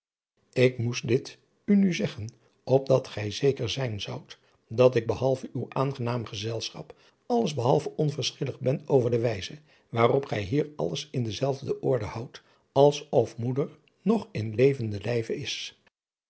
ik moest dit u nu zeggen opdat gij zeker zijn zoudt dat ik behalve uw aangenaam gezelschap alles behaladriaan loosjes pzn het leven van hillegonda buisman ve onverschillig ben over de wijze waarop gij hier alles in dezelfde orde houdt alsof moeder nog in levendigen lijve is